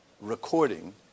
recording